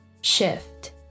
shift